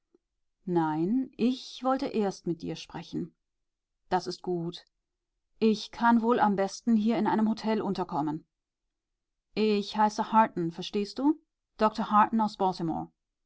nein ich wollte erst mit dir sprechen das ist gut ich kann wohl am besten hier in einem hotel unterkommen ich heiße harton verstehst du doktor harton aus